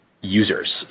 users